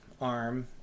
arm